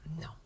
No